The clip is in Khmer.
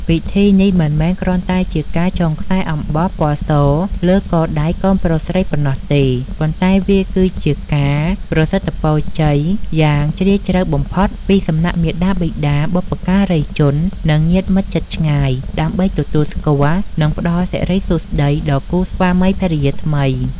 ពិធីនេះមិនមែនគ្រាន់តែជាការចងខ្សែអំបោះពណ៌សលើកដៃកូនប្រុសស្រីប៉ុណ្ណោះទេ ប៉ុន្តែវាគឺជាការប្រសិទ្ធពរជ័យយ៉ាងជ្រាលជ្រៅបំផុតពីសំណាក់មាតាបិតា បុព្វការីជន និងញាតិមិត្តជិតឆ្ងាយ ដើម្បីទទួលស្គាល់ និងផ្តល់សិរីសួស្តីដល់គូស្វាមីភរិយាថ្មី។